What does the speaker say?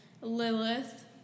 Lilith